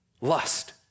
Lust